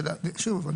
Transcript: שוב,